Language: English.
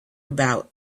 about